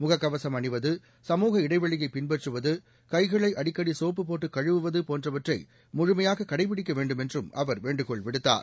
முக கவசம் அணிவது சமூக இடைவெளியை பின்பற்றுவது கை களை அடிக்கடி சோப்பு போட்டு கழுவுவது போன்றவற்றை முழுமையாக பின்பற்ற வேண்டுமென்றும் அவர் வேண்டுகோள் விடுத்தார்